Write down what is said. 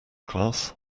class